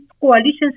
coalitions